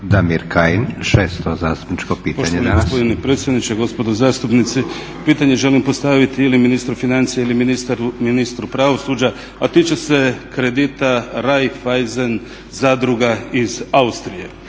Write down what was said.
Damir Kajin, 6. zastupničko pitanje.